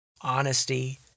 honesty